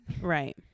Right